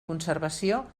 conservació